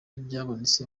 byabonetse